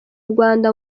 rwanda